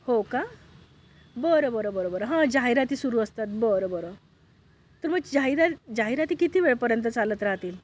हो का बर बरं बरं बरं हा जाहिराती सुरू असतात बर बरं तर मग जाहिरा जाहिराती किती वेळपर्यंत चालत राहतील